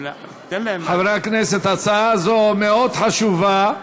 חברי הכנסת, ההצעה הזאת מאוד חשובה.